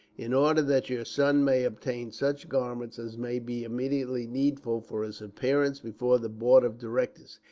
in order that your son may obtain such garments as may be immediately needful for his appearance before the board of directors,